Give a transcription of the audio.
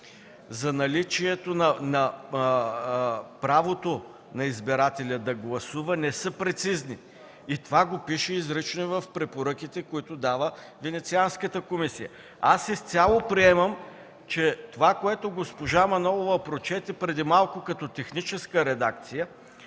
за наличието на правото на избирателя да гласува не са прецизни и това го пише изрично и в препоръките, които дава Венецианската комисия. Аз изцяло приемам, че това, което госпожа Манолова прочете преди малко като техническа редакция,